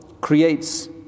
creates